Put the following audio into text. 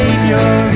Savior